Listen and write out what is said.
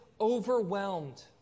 overwhelmed